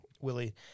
Willie